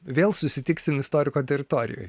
vėl susitiksim istoriko teritorijoj